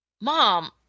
Mom